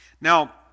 Now